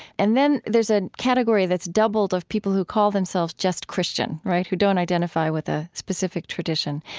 and then there's a category that's doubled, of people who call themselves just christian, right, who don't identify with a specific tradition.